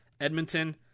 Edmonton